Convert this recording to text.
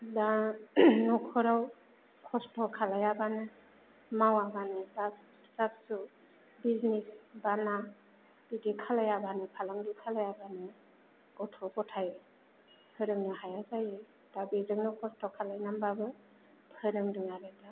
दा न'खराव खस्थ' खालायाबानो मावाबानो जा फिसा फिसौ बिजनेस बा बिदि खालायाबानो फालांगि खालायाबानो गथ' ग'थाय फोरोंनो हाया जायो दा बेजोंनो खस्थ' खालायनानैबाबो फोरोंदों आरो दा